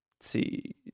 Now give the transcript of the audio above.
see